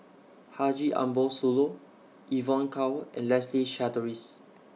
Haji Ambo Sooloh Evon Kow and Leslie Charteris